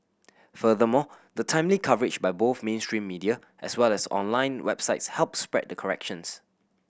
furthermore the timely coverage by both mainstream media as well as online websites help spread the corrections